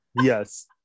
Yes